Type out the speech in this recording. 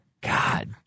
god